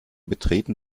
betreten